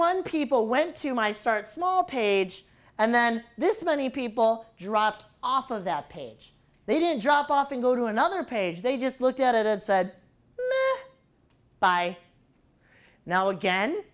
one people went to my start small page and then this many people dropped off of that page they did drop off and go to another page they just looked at it and said by now again